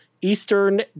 Eastern